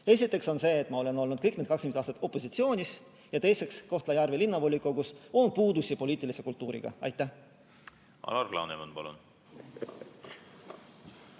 Esiteks on see, et ma olen olnud kõik need 20 aastat opositsioonis, ja teiseks, Kohtla-Järve Linnavolikogus on puudusi poliitilise kultuuriga. Aitäh,